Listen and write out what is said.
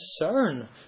concern